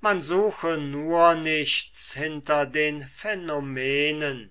man suche nur nichts hinter den phänomenen